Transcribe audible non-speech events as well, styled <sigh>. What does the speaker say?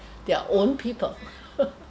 their own people <laughs>